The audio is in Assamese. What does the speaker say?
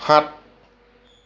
সাত